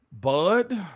Bud